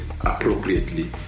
appropriately